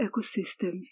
ecosystems